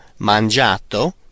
mangiato